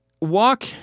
walk